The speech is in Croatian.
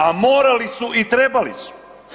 A morali su i trebali su.